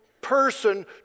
person